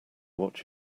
what